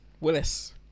Willis